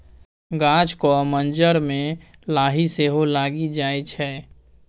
गाछक मज्जर मे लाही सेहो लागि जाइ छै